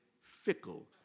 fickle